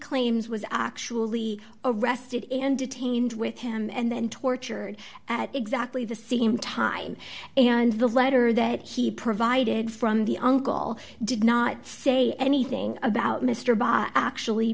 claims was actually arrested and detained with him and then tortured at exactly the same time and the letter that he provided from the uncle did not say anything about mr bott actually